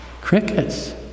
crickets